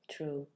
True